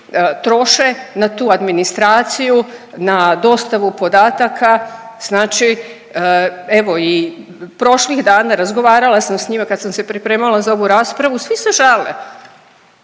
troše na tu administraciju, na dostavu podataka. Znači evo i prošlih dana razgovarala sam s njima kad sam se pripremala za ovu raspravu svi se žale.